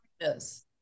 Yes